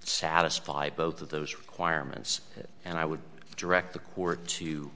satisfy both of those requirements and i would direct the court